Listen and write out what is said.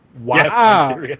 Wow